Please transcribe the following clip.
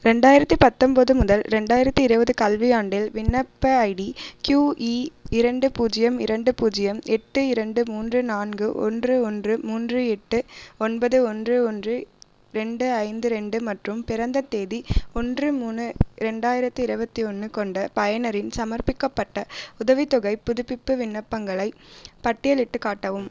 ரெண்டாயிரத்தி பத்தொம்போது முதல் ரெண்டாயிரத்தி இருபது கல்வியாண்டில் விண்ணப்ப ஐடி க்யூ இ இரண்டு பூஜ்ஜியம் இரண்டு பூஜ்ஜியம் எட்டு இரண்டு மூன்று நான்கு ஒன்று ஒன்று மூன்று எட்டு ஒன்பது ஒன்று ஒன்று ரெண்டு ஐந்து ரெண்டு மற்றும் பிறந்த தேதி ஒன்று மூணு ரெண்டாயிரத்தி இருபத்தி ஒன்று கொண்ட பயனரின் சமர்ப்பிக்கப்பட்ட உதவித்தொகைப் புதுப்பிப்பு விண்ணப்பங்களைப் பட்டியலிட்டுக் காட்டவும்